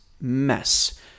mess